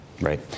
Right